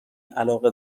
علاقه